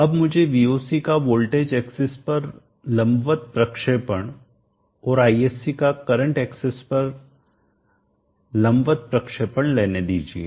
अब मुझे Voc का वोल्टेज एक्सिस पर लंबवत प्रक्षेपण और ISC का करंट एक्सेस पर लंबवत प्रक्षेपण लेने दीजिए